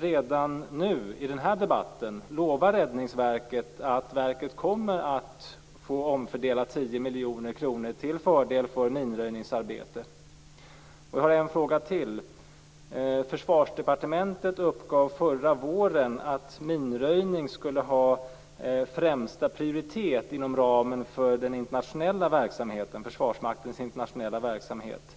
redan nu, i den här debatten, lova Räddningsverket att verket kommer att få omfördela tio miljoner kronor till förmån för minröjningsarbete? Och jag har en fråga till. Försvarsdepartementet uppgav förra våren att minröjning skulle ha högsta prioritet inom ramen för Försvarsmaktens internationella verksamhet.